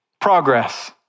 progress